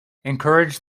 encouraged